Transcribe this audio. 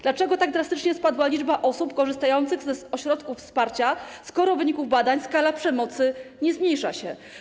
Dlaczego tak drastycznie spadła liczba osób korzystających z ośrodków wsparcia, skoro z badań wynika, że skala przemocy nie zmniejsza się?